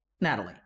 Natalie